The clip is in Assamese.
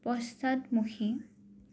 পশ্চাদমুখী